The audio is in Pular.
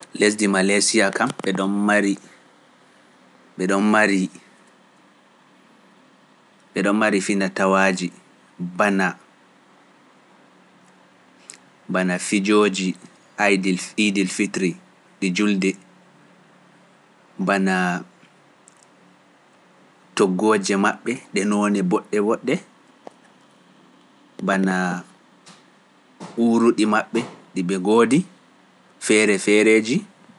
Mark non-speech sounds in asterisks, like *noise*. *unintelligible* Lesdi Malesiya kam ɓe ɗon mari, ɓe ɗon mari, ɓe ɗon mari finatawaaji, bana, bana fijooji ayiidil fitri ɗi julde, bana toggooje maɓɓe ɗe nooni boɗɗe woɗɗe, bana uuruɗi maɓɓe ɗi ɓe goodi, feere feereeji.